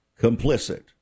complicit